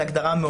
זו הגדרה,